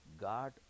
god